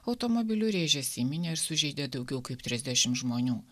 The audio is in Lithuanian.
automobiliu rėžėsi į minią ir sužeidė daugiau kaip trisdešim žmonių